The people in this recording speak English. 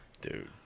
Dude